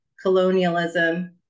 colonialism